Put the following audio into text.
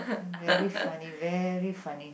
very funny very funny